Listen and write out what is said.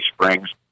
Springs